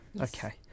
okay